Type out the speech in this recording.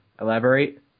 elaborate